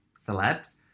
celebs